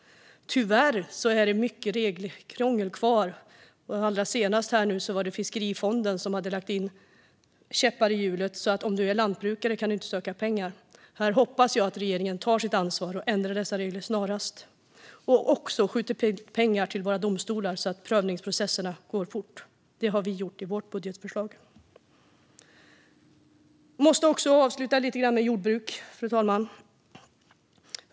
Tyvärr är det mycket regelkrångel kvar; nu allra senast var det Fiskerifonden som hade satt käppar i hjulen så att den som är lantbrukare inte kan söka pengar. Här hoppas jag att regeringen tar sitt ansvar och ändrar reglerna snarast - och även skjuter till pengar till våra domstolar så att prövningsprocesserna går fort. Det har vi gjort i vårt budgetförslag. Jag måste också prata lite grann om jordbruk, fru talman.